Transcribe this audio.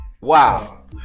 Wow